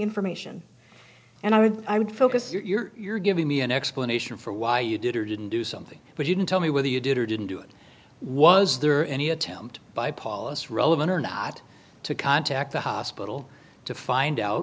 information and i would i would focus you're giving me an explanation for why you did or didn't do something but you didn't tell me whether you did or didn't do it was there any attempt by paulus relevant or not to contact the hospital to find out